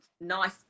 nice